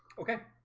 okay,